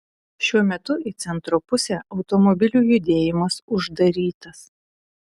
šiuo metu į centro pusę automobilių judėjimas uždarytas